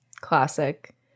Classic